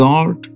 God